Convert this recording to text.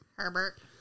Herbert